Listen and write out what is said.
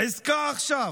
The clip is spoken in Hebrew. "עסקה עכשיו",